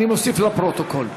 אני מוסיף לפרוטוקול.